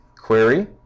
Query